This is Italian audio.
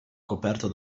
coperto